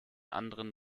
anderen